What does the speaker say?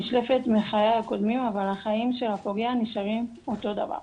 נשלפת מחיי הקודמים אבל החיים של הפוגע נשארים אותו דבר.